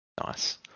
Nice